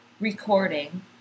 recording